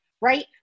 right